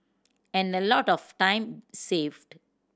and a lot of time saved